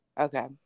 Okay